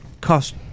cost